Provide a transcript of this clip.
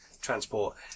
transport